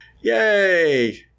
Yay